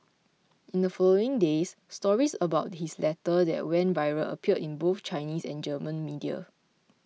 in the following days stories about his letter that went viral appeared in both Chinese and German media